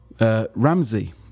Ramsey